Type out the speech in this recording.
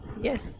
Yes